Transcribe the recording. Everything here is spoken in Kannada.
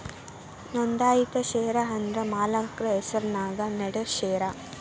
ನೋಂದಾಯಿತ ಷೇರ ಅಂದ್ರ ಮಾಲಕ್ರ ಹೆಸರ್ನ್ಯಾಗ ನೇಡೋ ಷೇರ